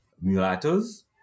mulattoes